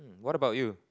hmm what about you